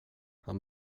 han